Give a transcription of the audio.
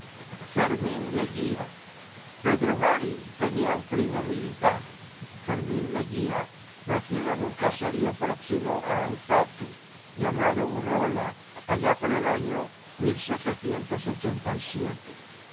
fermín leguia pedro mari tenía un primo militar fermín leguía nacido en un caserío próximo a álzate llamado urrola allá por el año